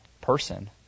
person